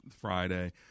Friday